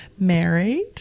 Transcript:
Married